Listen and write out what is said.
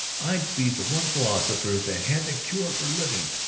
i'd be the one philosopher that had the cure for living.